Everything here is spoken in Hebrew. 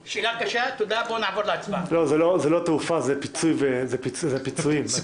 לא, זה לא תעופה, זה הפיצויים.